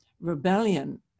rebellion